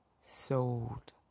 sold